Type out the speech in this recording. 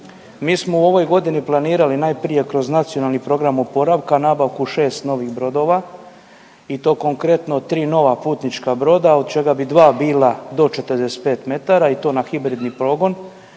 Mi smo u ovoj godini planirali najprije kroz NPO nabavku šest novih brodova i to konkretno tri nova putnička broda od čega bi dva bila do 45 metara i to na hibridni pogon